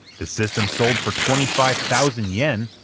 the system sold for twenty five thousand yen,